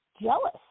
jealous